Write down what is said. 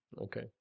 Okay